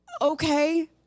okay